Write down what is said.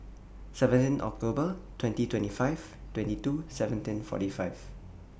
seventeen October twenty twenty five twenty two seventeen forty five